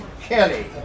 Kelly